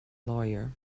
lawyer